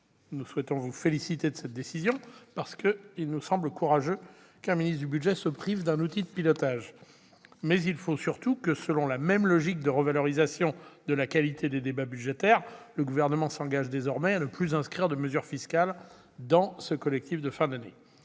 Nous vous félicitons de cette décision, car il est courageux qu'un ministre du budget se prive d'un outil de pilotage. Toutefois, il faut surtout que, selon la même logique de revalorisation de la qualité des débats budgétaires, le Gouvernement s'engage désormais à ne plus inscrire de mesures fiscales dans le collectif de fin d'année.